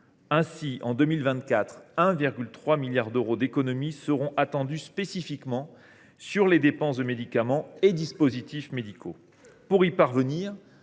montant de 1,3 milliard d’euros seront attendues spécifiquement sur les dépenses de médicaments et dispositifs médicaux.